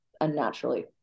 unnaturally